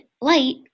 light